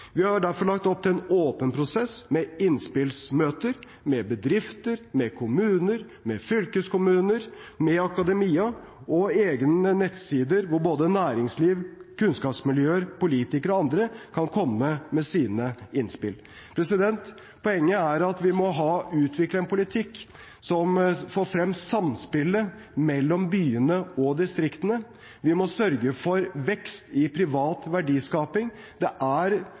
Vi har derfor lagt opp til en åpen prosess med innspillsmøter med bedrifter, med kommuner, med fylkeskommuner, med akademia og egne nettsider hvor både næringsliv, kunnskapsmiljøer, politikere og andre kan komme med sine innspill. Poenget er at vi må utvikle en politikk som får frem samspillet mellom byene og distriktene. Vi må sørge for vekst i privat verdiskaping. Det er